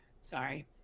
Sorry